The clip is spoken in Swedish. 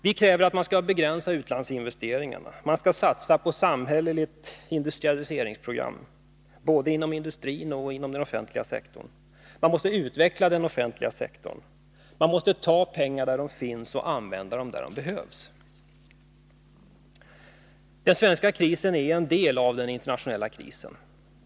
Vi kräver att man skall begränsa utlandsinvesteringarna och att man i stället skall satsa på ett samhälleligt industrialiseringsprogram samt utveckla den offentliga sektorn. Pengar måste tas där de finns och användas där de behövs. Den svenska krisen är en del av den internationella krisen.